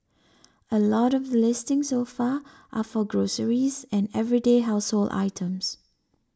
a lot of the listings so far are for groceries and everyday household items